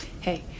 hey